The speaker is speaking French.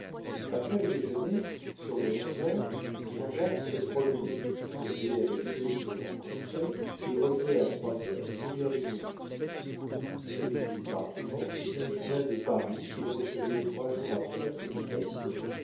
après le déjeuner sur les onze heures jean-jacques se promenait causait avec ceux qui le rencontraient et revenait à trois heures pour lire les journaux celui du département et un journal de paris qu'il recevait trois jours après leur publication